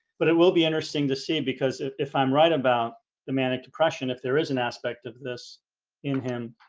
but it will be interesting to see and because if if i'm right about the manic depression if there is an aspect of this in him,